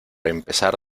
empezar